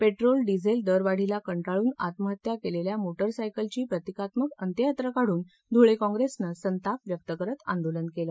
petrol diesel दरवाढीला कंटाळून आत्महत्या केलेल्या मोटर सायकलची प्रतिकात्मक अंत्ययात्रा काढून ध्रळे काँग्रेसनं संताप व्यक्त करत आंदोलन केलं